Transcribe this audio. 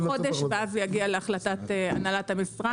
--- חודש ואז זה יגיע להחלטת הנהלת המשרד,